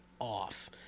off